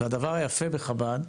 והדבר היפה בחב"ד,